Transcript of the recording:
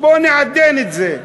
בוא נעדן את זה.